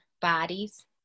bodies